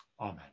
Amen